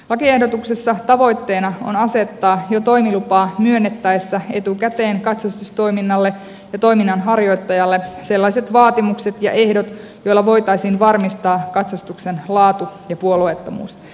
lakiehdotuksessa tavoitteena on asettaa jo toimilupaa myönnettäessä etukäteen katsastustoiminnalle ja toiminnan harjoittajalle sellaiset vaatimukset ja ehdot joilla voitaisiin varmistaa katsastuksen laatu ja puolueettomuus